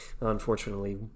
unfortunately